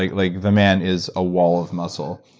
like like, the man is a wall of muscle.